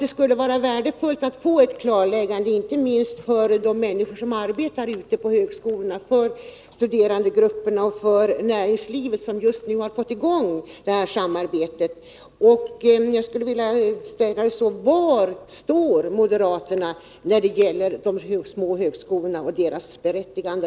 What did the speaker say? Det skulle vara värdefullt att få ett klarläggande, inte minst för de människor som arbetar ute på högskolorna, för studerandegrupperna och för näringslivet, som just nu har fått i gång detta samarbete. Jag vill ställa frågan så här: Var står moderaterna när det gäller de små högskolorna och deras berättigande?